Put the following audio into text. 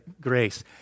grace